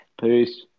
Peace